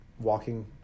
walking